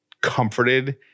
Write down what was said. comforted